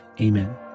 Amen